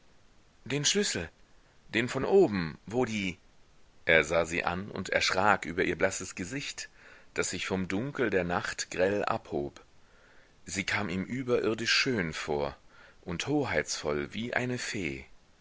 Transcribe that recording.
den schlüssel den von oben wo die er sah sie an und erschrak über ihr blasses gesicht das sich vom dunkel der nacht grell abhob sie kam ihm überirdisch schön vor und hoheitsvoll wie eine fee